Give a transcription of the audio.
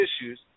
issues